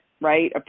right